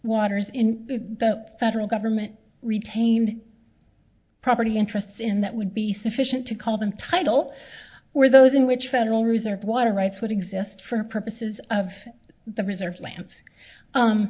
waters in the federal government retained property interests in that would be sufficient to call them title or those in which federal reserve water rights would exist for purposes of the reserve la